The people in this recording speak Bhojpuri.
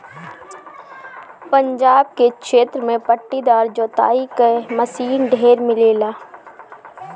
पंजाब के क्षेत्र में पट्टीदार जोताई क मशीन ढेर मिलेला